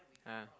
ah